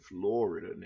Florida